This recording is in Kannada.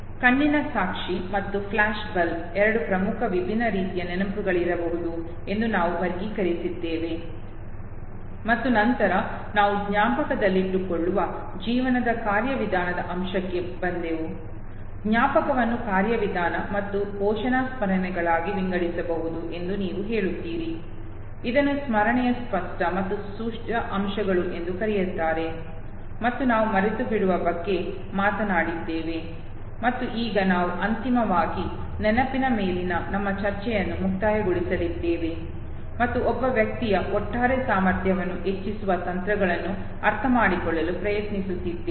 ಕಣ್ಣಿನ ಸಾಕ್ಷಿ ಮತ್ತು ಫ್ಲ್ಯಾಷ್ ಬಲ್ಬ್ ಎರಡು ಪ್ರಮುಖ ವಿಭಿನ್ನ ರೀತಿಯ ನೆನಪುಗಳಾಗಿರಬಹುದು ಎಂದು ನಾವು ವರ್ಗೀಕರಿಸಿದ್ದೇವೆ ಮತ್ತು ನಂತರ ನಾವು ಜ್ಞಾಪಕದಲ್ಲಿಟ್ಟುಕೊಳ್ಳುವ ಜೀವನದ ಕಾರ್ಯವಿಧಾನದ ಅಂಶಕ್ಕೆ ಬಂದೆವು ಜ್ಞಾಪಕವನ್ನು ಕಾರ್ಯವಿಧಾನ ಮತ್ತು ಘೋಷಣ ಸ್ಮರಣೆಗಳಾಗಿ ವಿಂಗಡಿಸಬಹುದು ಎಂದು ನೀವು ಹೇಳುತ್ತೀರಿ ಇದನ್ನು ಸ್ಮರಣೆಯ ಸ್ಪಷ್ಟ ಮತ್ತು ಸೂಚ್ಯ ಅಂಶಗಳು ಎಂದೂ ಕರೆಯುತ್ತಾರೆ ಮತ್ತು ನಾವು ಮರೆತುಬಿಡುವ ಬಗ್ಗೆ ಮಾತನಾಡಿದ್ದೇವೆ ಮತ್ತು ಈಗ ನಾವು ಅಂತಿಮವಾಗಿ ನೆನಪಿನ ಮೇಲಿನ ನಮ್ಮ ಚರ್ಚೆಯನ್ನು ಮುಕ್ತಾಯಗೊಳಿಸುತ್ತಿದ್ದೇವೆ ಮತ್ತು ಒಬ್ಬ ವ್ಯಕ್ತಿಯ ಒಟ್ಟಾರೆ ಸಾಮರ್ಥ್ಯವನ್ನು ಹೆಚ್ಚಿಸುವ ತಂತ್ರಗಳನ್ನು ಅರ್ಥಮಾಡಿಕೊಳ್ಳಲು ಪ್ರಯತ್ನಿಸುತ್ತಿದ್ದೇವೆ